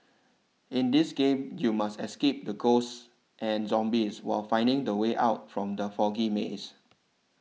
in this game you must escape the ghosts and zombies while finding the way out from the foggy maze